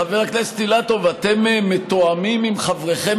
חבר הכנסת אילטוב: אתם מתואמים עם חבריכם